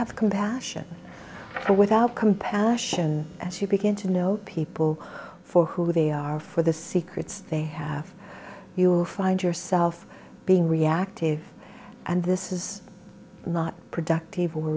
have compassion but without compassion as you begin to know people for who they are for the secrets they have you find yourself being reactive and this is not productive we're